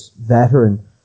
veteran